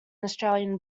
australian